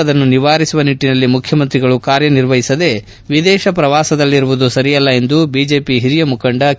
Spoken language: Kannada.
ಅದನ್ನು ನಿವಾರಿಸುವ ನಿಟ್ಟನಲ್ಲಿ ಮುಖ್ಚಮಂತ್ರಿಗಳು ಕಾರ್ಯನಿರ್ವಹಿಸದೆ ವಿದೇದ ಶ್ರವಾಸದಲ್ಲಿರುವುದು ಸರಿಯಲ್ಲ ಎಂದು ಬಿಜೆಪಿ ಹಿರಿಯ ಮುಖಂಡ ಕೆ